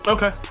Okay